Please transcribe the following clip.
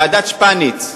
ועדת-שפניץ,